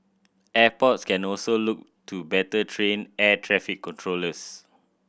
airports can also look to better train air traffic controllers